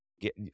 get